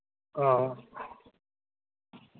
हां